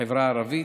בחברה הערבית,